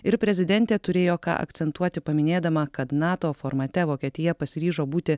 ir prezidentė turėjo ką akcentuoti paminėdama kad nato formate vokietija pasiryžo būti